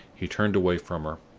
he turned away from her,